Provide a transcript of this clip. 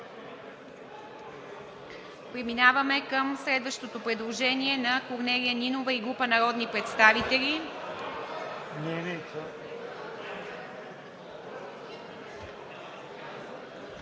Преминаваме към гласуване на предложението на Корнелия Нинова и група народни представители,